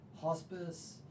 hospice